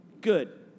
good